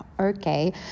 okay